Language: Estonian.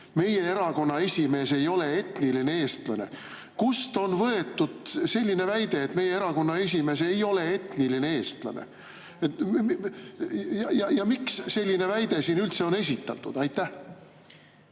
meie erakonna esimees ei ole etniline eestlane. Kust on võetud selline väide, et meie erakonna esimees ei ole etniline eestlane? Ja miks selline väide siin üldse on esitatud? Mind